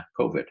COVID